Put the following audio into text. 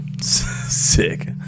Sick